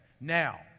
Now